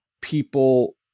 people